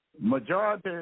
majority